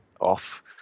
off